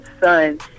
son